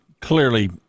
clearly